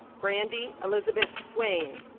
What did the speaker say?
brandi elizabeth swain